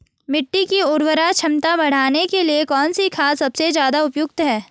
मिट्टी की उर्वरा क्षमता बढ़ाने के लिए कौन सी खाद सबसे ज़्यादा उपयुक्त है?